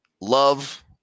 love